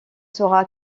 sera